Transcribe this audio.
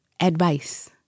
advice